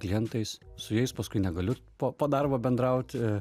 klientais su jais paskui negaliu po po darbo bendrauti